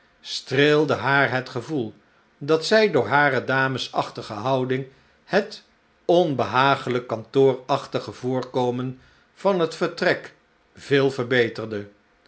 streelde haar het gevoel dat zij door hare damesachtige houding het onbehaaglijk kantoorachtige voorkomen van het vertrek veel verbeterde